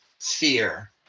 Fear